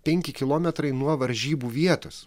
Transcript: penki kilometrai nuo varžybų vietos